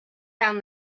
down